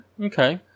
Okay